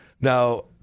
Now